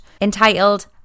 entitled